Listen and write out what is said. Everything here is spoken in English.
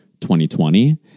2020